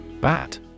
Bat